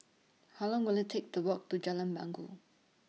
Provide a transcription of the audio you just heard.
How Long Will IT Take to Walk to Jalan Bangau